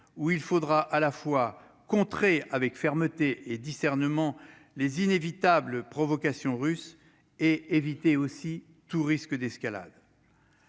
où il faudra à la fois contrer avec fermeté et discernement les inévitables provocations russes et éviter aussi tout risque d'escalade,